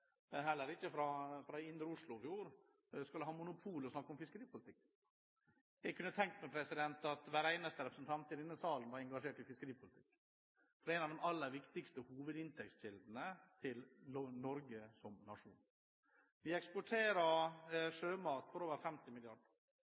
indre Oslofjord skal ha monopol på å snakke om fiskeripolitikk. Jeg kunne tenkt meg at hver eneste representant i denne salen var engasjert i fiskeripolitikk, for det er en av de aller viktigste hovedinntektskildene til nasjonen Norge. Vi eksporterer sjømat for over 50